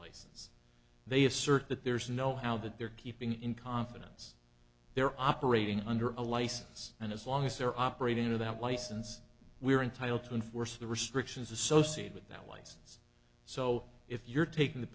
paid they assert that there's no how that they're keeping in confidence they're operating under a license and as long as they're operating under that license we are entitled to enforce the restrictions associated with that one so if you're taking the